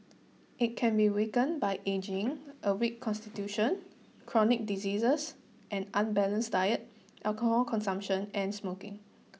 it can be weakened by ageing a weak constitution chronic diseases an unbalanced diet alcohol consumption and smoking